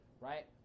right